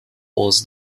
was